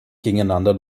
gegeneinander